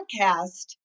podcast